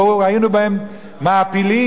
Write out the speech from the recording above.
ראינו בהם מעפילים,